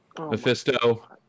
Mephisto